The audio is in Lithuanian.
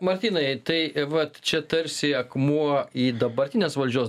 martynai tai vat čia tarsi akmuo į dabartinės valdžios